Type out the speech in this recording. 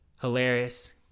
hilarious